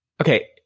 Okay